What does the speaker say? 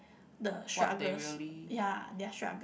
the struggles ya their struggle